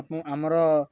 ଏବଂ ଆମର